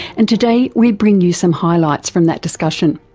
and today we bring you some highlights from that discussion.